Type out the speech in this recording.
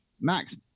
Max